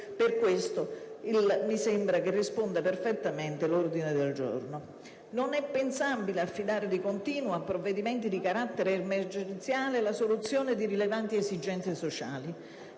A questo mi sembra risponda perfettamente l'ordine del giorno. Non è pensabile affidare di continuo a provvedimenti di carattere emergenziale la soluzione di rilevanti esigenze sociali;